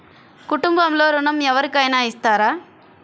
కుటుంబంలో ఋణం ఎవరికైనా ఇస్తారా?